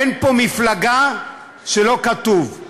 אין פה מפלגה שלא כתוב,